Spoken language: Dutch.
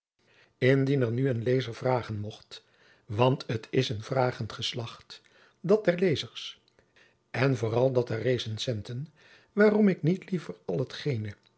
er nu een lezer vragen mocht want het is een vragend geslacht dat der lezers en vooral dat der recensenten waarom ik niet liever al hetgene